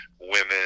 women